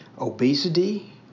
Obesity